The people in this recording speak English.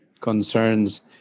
concerns